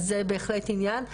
אז זה בהחלט עניין.